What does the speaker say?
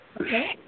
Okay